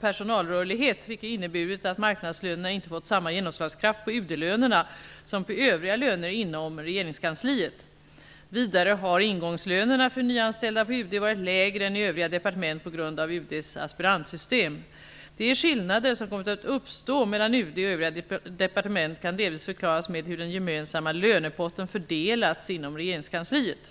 personalrörlighet, vilket inneburit att marknadslönerna inte fått samma genomslagskraft på UD-lönerna som på övriga löner inom regeringskansliet. Vidare har ingångslönerna för nyanställda på UD varit lägre än i övriga departement på grund av UD:s aspirantsystem. De skillnader som kommit att uppstå mellan UD och övriga departement kan delvis förklaras med hur den gemensamma lönepotten fördelats inom regeringskansliet.